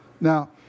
Now